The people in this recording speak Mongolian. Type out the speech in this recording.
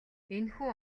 энэхүү